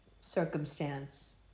circumstance